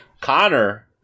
Connor